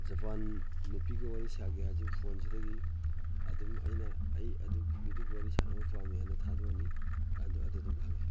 Japan ꯅꯨꯄꯤꯒ ꯋꯥꯔꯤ ꯁꯥꯒꯦ ꯍꯥꯏꯔꯁꯨ ꯐꯣꯟꯁꯤꯗꯒꯤ ꯑꯗꯨꯝ ꯑꯩꯅ ꯑꯩ ꯑꯗꯨ ꯋꯥꯔꯤ ꯁꯥꯟꯅꯕ ꯄꯥꯝꯃꯦ ꯍꯥꯏꯅ ꯊꯥꯗꯣꯛꯑꯅꯤ ꯑꯗꯣ ꯑꯗꯨ ꯑꯗꯨꯝ ꯐꯪꯉꯦ